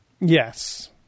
yes